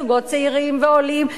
זוגות צעירים ועולים,